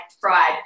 fried